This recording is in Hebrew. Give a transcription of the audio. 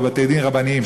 ובבתי-דין רבניים,